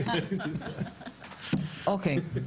אוקי,